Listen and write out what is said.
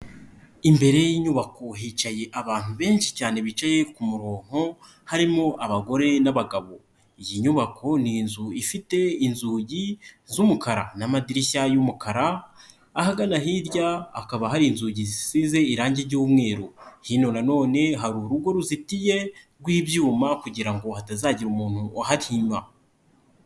Imbere y'inyubako hicaye abantu benshi cyane bicaye ku muronko harimo abagore n'abagabo, iyi nyubako ni inzu ifite inzugi z'umukara n'amadirishya y'umukara, ahagana hirya hakaba hari inzugi zisize irangi ry'umweru, hino nanone hari urugo ruzitiye rw'ibyuma kugira ngo hatazagira umuntu wahagwa.